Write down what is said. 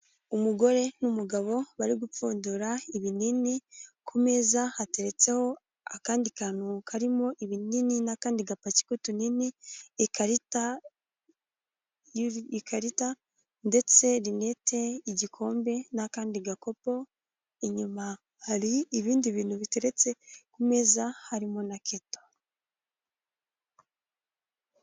Umugore n'umugabo bari gupfundura ibinini, ku meza hateretseho akandi kantu karimo ibinini n'akandi gapaki k'utunini, ikarita y' ikarita ndetse linete, igikombe n'akandi gakopo, inyuma hari ibindi bintu biteretse ku meza harimo na keto.